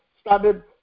started